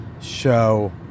show